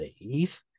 believe